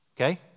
Okay